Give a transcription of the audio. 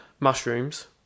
mushrooms